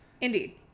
indeed